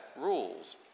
rules